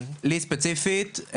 לי ספציפית?